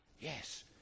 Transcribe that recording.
yes